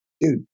dude